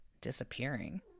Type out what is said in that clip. Disappearing